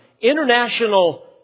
international